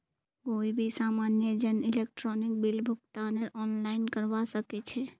कोई भी सामान्य जन इलेक्ट्रॉनिक बिल भुगतानकेर आनलाइन करवा सके छै